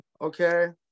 Okay